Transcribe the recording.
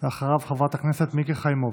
אחריו, חברת הכנסת מיקי חיימוביץ',